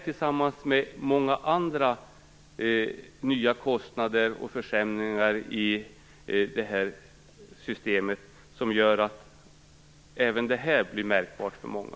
Tillsammans med många andra nya kostnader och försämringar i systemet blir även det här märkbart för många.